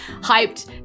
hyped